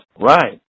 Right